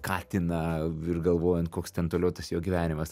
katiną ir galvojant koks ten toliau tas jo gyvenimas